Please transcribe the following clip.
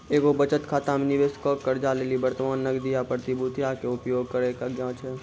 एगो बचत खाता मे निबेशको के कर्जा लेली वर्तमान नगदी या प्रतिभूतियो के उपयोग करै के आज्ञा छै